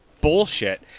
bullshit